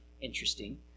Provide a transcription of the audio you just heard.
interesting